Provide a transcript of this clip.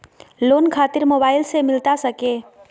Loan खातिर mobile से मिलता सके?